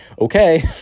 okay